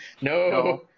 no